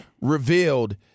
revealed